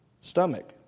stomach